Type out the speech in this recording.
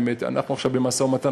אנחנו עכשיו במשא-ומתן,